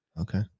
Okay